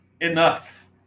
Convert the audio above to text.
enough